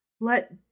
Let